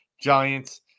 Giants